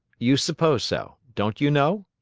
you suppose so. don't you know?